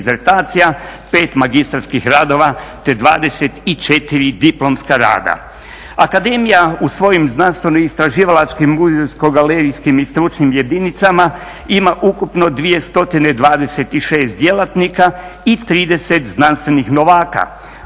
5 magistarskih radova, te 24 diplomska rada. Akademija u svojim znanstveno-istraživalačkim muzejsko-galerijskim i stručnim jedinicama ima ukupno 2026 djelatnika i 30 znanstvenih novaka.